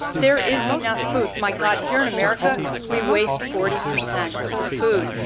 there is enough food. my god, here in america, we waste forty percent of the food.